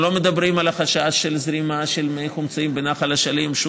אנחנו לא מדברים על החשש של זרימה של מים חומציים בנחל אשלים.